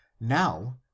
now